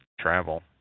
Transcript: travel